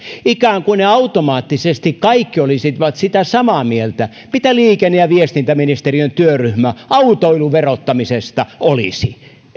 ikään kuin automaattisesti olisivat kaikki sitä samaa mieltä kuin liikenne ja viestintäministeriön työryhmä autoilun verottamisesta olisi